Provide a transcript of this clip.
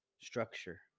structure